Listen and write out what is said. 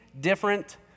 different